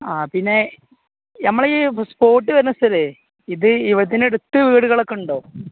ആ പിന്നെ നമ്മൾ ഈ സ്പോട്ട് വരുന്ന സ്ഥലം ഇത് ഇതിന് അടുത്ത് വീടുകളൊക്കെ ഉണ്ടോ